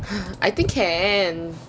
I think can